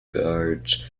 guards